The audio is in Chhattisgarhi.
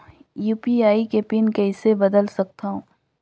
यू.पी.आई के पिन कइसे बदल सकथव?